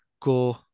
go